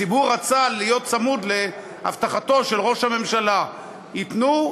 הציבור רצה להיות צמוד להבטחתו של ראש הממשלה: ייתנו,